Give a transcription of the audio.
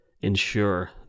ensure